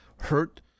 hurt